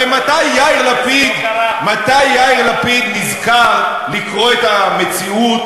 הרי מתי יאיר לפיד נזכר לקרוא את המציאות